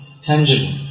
tangible